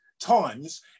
times